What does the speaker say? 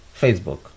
Facebook